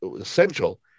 essential